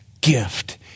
gift